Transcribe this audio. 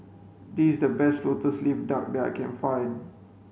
this is the best lotus leaf duck that I can find